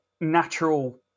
natural